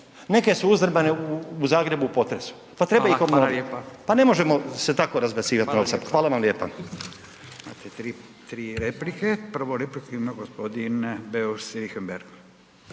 neke su uzdrmane u Zagrebu u potresu, pa treba ih obnoviti pa ne možemo se tako razbacivat novcem. Hvala vam lijepa.